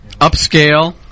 upscale